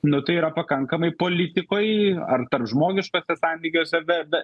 nu tai yra pakankamai politikoj ar tarp žmogiškuose santykiuose bet